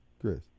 Chris